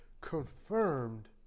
confirmed